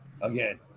again